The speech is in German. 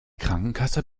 krankenkasse